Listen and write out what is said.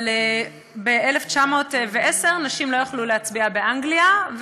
אבל ב-1910 נשים לא יכלו להצביע באנגליה,